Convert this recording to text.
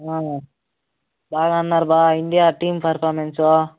బాగా అన్నారు బావ ఇండియా టీమ్ పర్ఫార్మన్స్